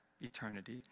eternity